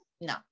no